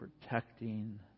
protecting